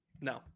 No